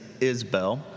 Isbell